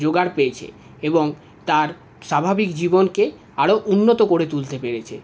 জোগাড় পেয়েছে এবং তার স্বাভাবিক জীবনকে আরো উন্নত করে তুলতে পেরেছে